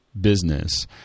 business